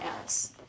else